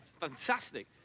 Fantastic